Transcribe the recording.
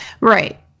Right